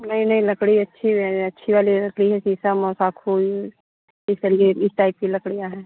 नहीं नहीं लकड़ी अच्छी है अच्छी वाली लकड़ी है शीशम और साखू इन इस तरीके इस टाइप की लकड़ियाँ हैं